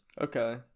Okay